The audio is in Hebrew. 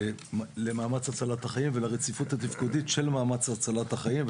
למאמץ הצלת החיים ולרציפות התפקודית של מאמץ הצלת החיים.